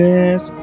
Yes